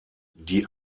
die